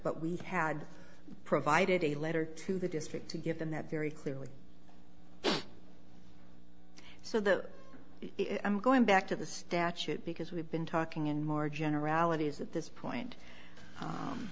but we've had provided a letter to the district to give them that very clearly so the i'm going back to the statute because we've been talking in more generalities at this point